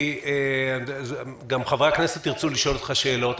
גם חברי הכנסת ירצו לשאול אותך שאלות.